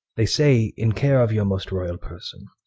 they say, in care of your most royall person,